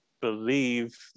believe